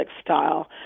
style